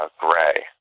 gray